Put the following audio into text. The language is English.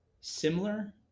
similar